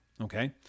Okay